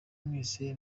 mwese